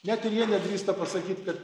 net ir jie nedrįsta pasakyt kad